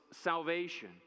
salvation